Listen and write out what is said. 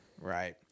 Right